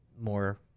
more